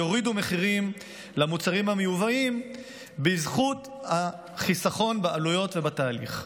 יורידו מחירים של המוצרים המיובאים בזכות החיסכון בעלויות ובתהליך.